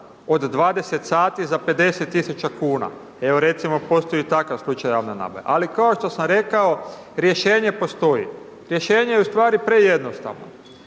od 20 sati za 50 tisuća kuna. Evo recimo postoji takav slučaj javne nabave. Ali, kao što sam rekao, rješenje postoji, rješenje je ustvari prejednostavno.